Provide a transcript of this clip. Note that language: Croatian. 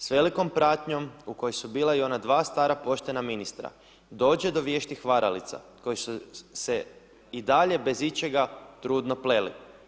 S velikom pratnjom u kojoj su bila i ona dva stara poštena ministra, dođe do vještih varalica koji su se i dalje bez ičega trudno pleli.